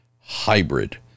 hybrid